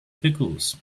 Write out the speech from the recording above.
pickles